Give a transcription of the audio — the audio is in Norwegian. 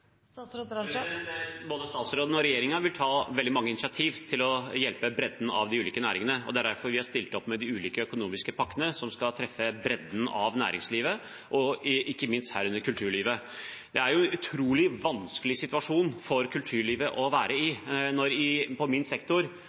Både statsråden og regjeringen vil ta veldig mange initiativ til å hjelpe bredden i de ulike næringene. Det er derfor vi har stilt opp med de ulike økonomiske pakkene som skal treffe bredden av næringslivet og ikke minst herunder kulturlivet. Det er en utrolig vanskelig situasjon for kulturlivet å være i. I min sektor,